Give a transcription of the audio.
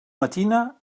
matina